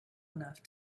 enough